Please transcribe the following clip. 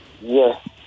Yes